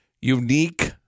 unique